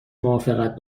موافقت